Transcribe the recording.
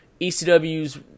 ECW's